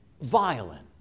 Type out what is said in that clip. violent